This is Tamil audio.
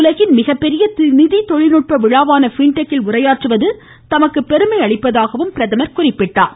உலகின் மிகப்பெரிய நிதி தொழில்நுட்ப விழாவான ஃபிண்டெக்கில் உரையாற்றுவது தமக்கு பெருமை அளிப்பதாகவும் பிரதமர் கூறினார்